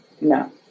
No